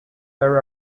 there